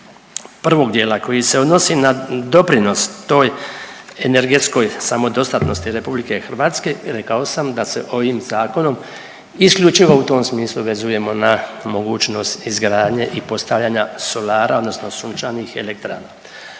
prvog dijela koji se odnosi na doprinos toj energetskoj samodostatnosti RH rekao sam da se ovim zakonom isključivo u tom smislu vezujemo na mogućost izgradnje i postavljanja solara odnosno sunčanih elektrana.